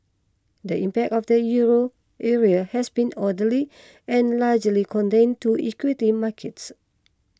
the impact of the Euro area has been orderly and largely contained to equity markets